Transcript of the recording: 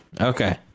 Okay